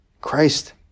Christ